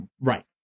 Right